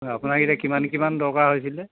আপোনাক এতিয়া কিমান কিমান দৰকাৰ হৈছিলে